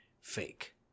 fake